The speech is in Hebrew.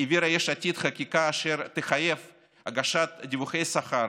העבירה יש עתיד חקיקה אשר תחייב הגשת דיווחי שכר